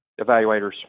Evaluators